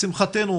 לשמחתנו,